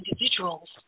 individuals